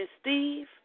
Steve